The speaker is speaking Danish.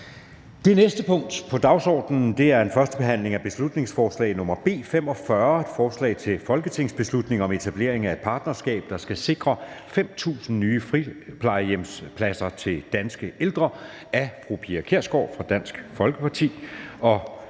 Det næste punkt på dagsordenen er: 16) 1. behandling af beslutningsforslag nr. B 45: Forslag til folketingsbeslutning om etablering af et partnerskab, der skal sikre 5.000 nye friplejehjemspladser til danske ældre. Af Pia Kjærsgaard (DF) m.fl.